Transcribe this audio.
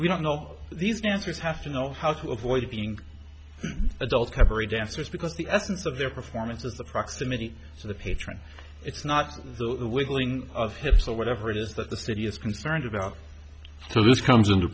we don't know these dancers have to know how to avoid being adult every dancers because the essence of their performance is the proximity to the patrons it's not the wiggling of hips or whatever it is that the city is concerned about so this comes into